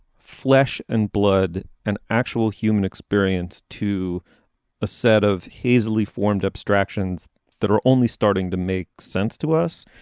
flesh and blood an actual human experience to a set of hastily formed abstractions that are only starting to make sense to us.